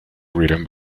written